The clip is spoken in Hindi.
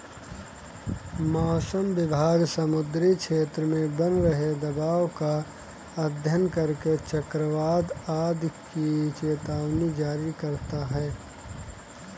मौसम विभाग समुद्री क्षेत्र में बन रहे दबाव का अध्ययन करके चक्रवात आदि की चेतावनी जारी करता है